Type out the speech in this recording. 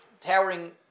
towering